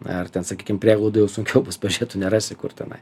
ar ten sakykim prieglaudoj jau sunkiau bus pažiūrėt tu nerasi kur tenai